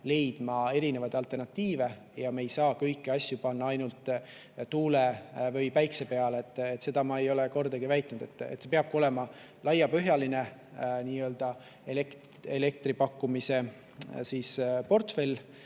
leidma erinevaid alternatiive ja me ei saa kõiki asju panna ainult tuule- või päikese[energia] peale. Seda ma ei ole kordagi väitnud. Peabki olema laiapõhjaline nii-öelda elektripakkumise portfell,